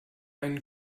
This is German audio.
einen